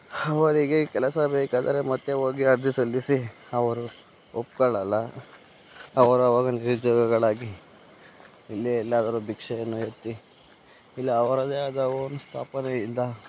ಅವರಿಗೆ ಕೆಲಸ ಬೇಕಾದರೆ ಮತ್ತೆ ಹೋಗಿ ಅರ್ಜಿ ಸಲ್ಲಿಸಿ ಅವರು ಒಪ್ಕೊಳ್ಳಲ್ಲ ಅವರು ಆವಾಗ ನಿರುದ್ಯೋಗಿಗಳಾಗಿ ಇಲ್ಲೇ ಎಲ್ಲಾದರೂ ಭಿಕ್ಷೆಯನ್ನು ಎತ್ತಿ ಇಲ್ಲ ಅವರದೇ ಆದ ಓನ್ ಸ್ಥಾಪನೆಯಿಂದ